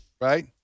Right